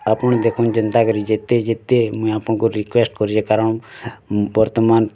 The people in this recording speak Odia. ଆପଣ ଦେଖନ୍ତୁ ଯେନ୍ତା କରି ଯେତେ ଯେତେ ମୁଇଁ ଆପଣଙ୍କୁ ରିକ୍ୟୁଏଷ୍ଟ୍ କରୁଛି କାରଣ ବର୍ତ୍ତମାନ୍